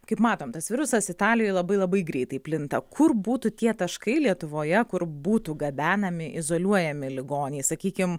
kaip matom tas virusas italijoj labai labai greitai plinta kur būtų tie taškai lietuvoje kur būtų gabenami izoliuojami ligoniai sakykim